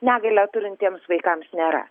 negalią turintiems vaikams nėra